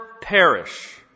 perish